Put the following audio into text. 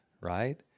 right